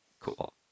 Cool